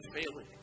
failing